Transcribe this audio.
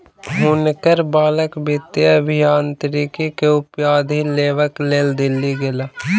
हुनकर बालक वित्तीय अभियांत्रिकी के उपाधि लेबक लेल दिल्ली गेला